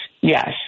yes